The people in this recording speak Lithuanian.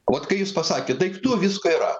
vat kai jūs pasakėt daiktų visko yra